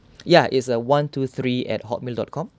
ya is a one two three at hotmail dot com